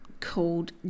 called